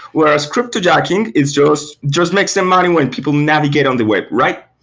whereas cryptojacking, it just just makes the money when people navigate on the web, right?